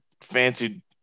fancy